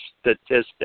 statistics